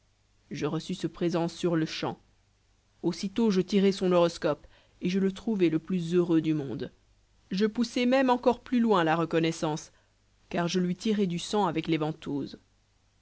je reçus ce présent sur-le-champ aussitôt je tirai son horoscope et je le trouvai le plus heureux du monde je poussai même encore plus loin la reconnaissance car je lui tirai du sang avec les ventouses